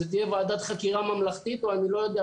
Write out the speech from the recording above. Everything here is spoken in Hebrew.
זו תהיה ועדת חקירה ממלכתית או אני לא יודע,